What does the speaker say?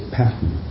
pattern